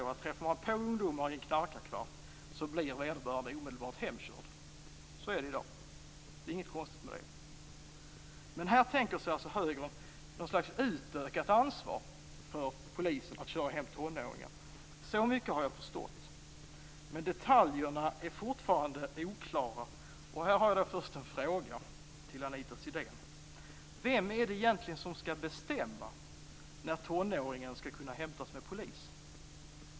Träffar man på ungdomar i en knarkarkvart blir de alltså omedelbart hemkörda. Men här tänker sig alltså högern något slags utökat ansvar för polisen att köra hem tonåringar, så mycket har jag förstått. Men detaljerna är fortfarande oklara, och här har jag en fråga till Anita Sidén: Vem är det egentligen som skall bestämma när tonåringen skall kunna hämtas med polis?